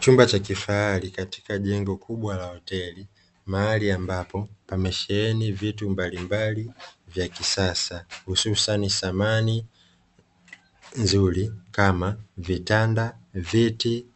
Chumba cha kifahari katika jengo kubwa la hoteli. Mahali ambapo pamesheheni vitu mbalimbali vya kisasa hususani samani nzuri kama vitanda, viti,